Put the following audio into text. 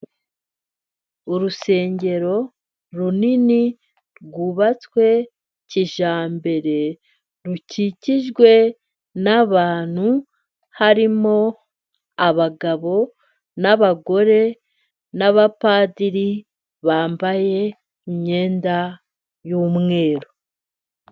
Urusengero runini rwubatswe kijyambere, rukikijwe n'abantu, harimo abagabo n'abagore n'abapadiri bambaye imyenda y'umweru.